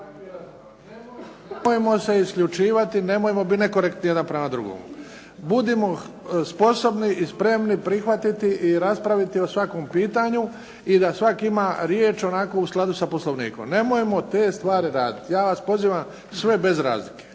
Nemojmo se isključivati, nemojmo biti nekorektni jedni prema drugomu. Budimo sposobni i spremni prihvatiti i raspraviti o svakom pitanju i da svaki ima riječ onako u skladu da Poslovnikom. Nemojmo te stvari raditi. Ja vas pozivam sve bez razlike.